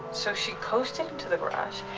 so she coasted into the garage.